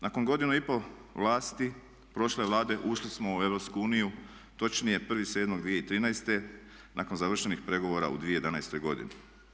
Nakon godinu i pol vlasti prošle Vlade ušli smo u EU, točnije 1.07.2013. nakon završenih pregovora u 2011. godini.